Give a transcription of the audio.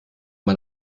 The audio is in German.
man